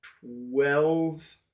twelve